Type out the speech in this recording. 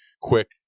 quick